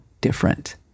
different